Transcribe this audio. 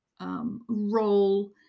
role